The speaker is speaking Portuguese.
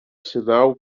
sinal